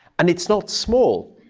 and it's not small.